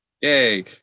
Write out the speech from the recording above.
Yay